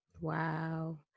Wow